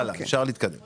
הלאה, אפשר להתקדם.